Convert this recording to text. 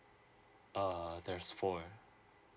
uh there's four